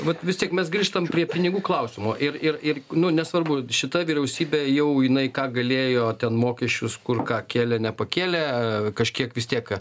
vat vis tiek mes grįžtam prie pinigų klausimo ir ir ir nu nesvarbu šita vyriausybė jau jinai ką galėjo ten mokesčius kur ką kėlė nepakėlė kažkiek vis tiek